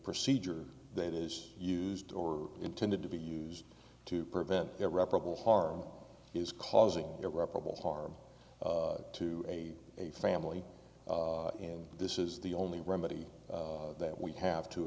procedure that is used or intended to be used to prevent irreparable harm is causing irreparable harm to a a family in this is the only remedy that we have to